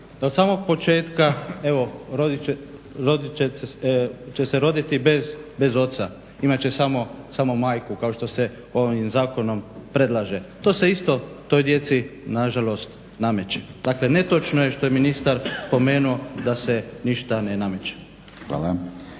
da od samog početka, će se roditi bez oca, imat će samo majku kao što se ovim zakonom predlaže. To se isto toj djeci nažalost nameće. Dakle, netočno je što je ministar spomenuo da se ništa ne nameće.